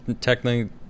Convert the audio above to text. technically